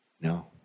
No